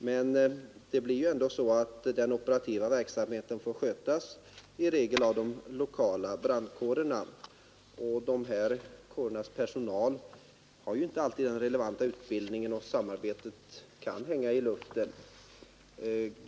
Men det blir ändå så att den operativa verksamheten får skötas av de lokala brandkårerna. Dessa kårers personal har inte alltid en relevant utbildning, och samarbetet kan hänga i luften.